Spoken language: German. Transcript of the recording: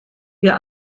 wir